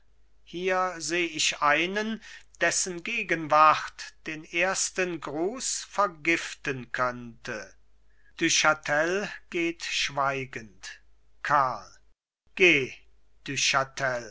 hier seh ich einen dessen gegenwart den ersten gruß vergiften könnte du chatel geht schweigend karl geh